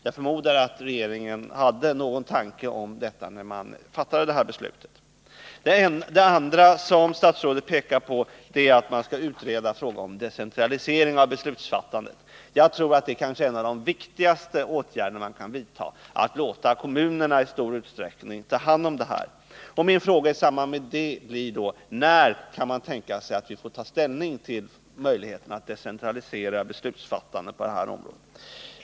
Jag förmodar att regeringen hade någon tanke om detta när den fattade detta beslut. Det andra som statsrådet pekar på är att man skall utreda frågan om en decentralisering av beslutsfattandet. Jag tror att det är en av de viktigaste åtgärder man kan vidta, att låta kommunerna i stor utsträckning handlägga dessa ärenden. Min fråga i samband med det blir då: När kan man tänka sig att vi får ta ställning till möjligheterna att decentralisera beslutsfattandet på det här området?